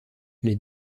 les